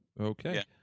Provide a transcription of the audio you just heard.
okay